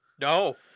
no